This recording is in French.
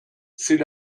c’est